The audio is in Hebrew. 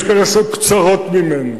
יש כאלה שעשו קצרות ממנו.